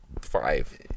five